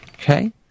Okay